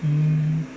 hmm